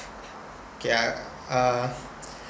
K I uh